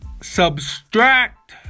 subtract